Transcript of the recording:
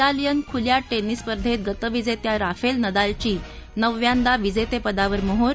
विोलियन खुल्या टेनिस स्पर्धेत गतविजेत्या राफेल नदालची नवव्यांदा विजेतेपदावर मोहोर